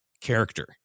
character